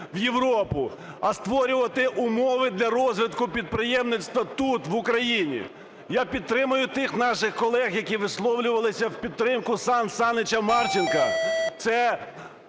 в Європу, а створювати умови для розвитку підприємництва тут, в Україні. Я підтримую тих наших колег, які висловлювалися в підтримку Сан Санича Марченка.